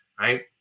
Right